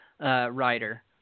writer